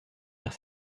vers